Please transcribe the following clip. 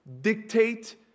dictate